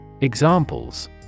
Examples